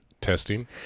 testing